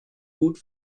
gut